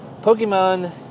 Pokemon